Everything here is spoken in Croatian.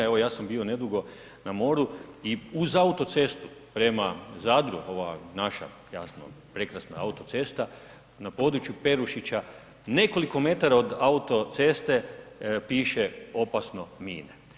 Evo ja sam bio nedugo na moru i uz autocestu prema Zadru, ova naša, jasno, prekrasna autocesta, na području Perušića nekoliko metara od autocesta piše opasno mine.